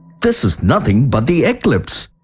this is nothing but the eclipse!